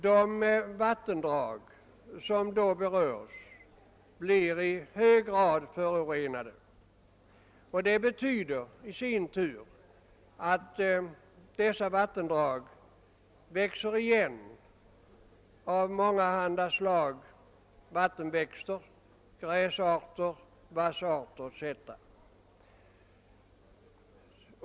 De vattendrag som berörs härav blir i hög grad förorenade. Det betyder i sin tur att olika vattenväxter — gräsarter och vassarter — förorsakar att vattendragen växer igen.